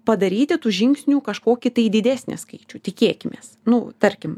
padaryti tų žingsnių kažkokį tai didesnį skaičių tikėkimės nu tarkim